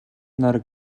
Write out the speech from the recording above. нар